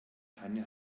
keine